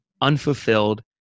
unfulfilled